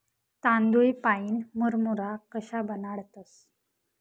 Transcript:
तांदूय पाईन मुरमुरा कशा बनाडतंस?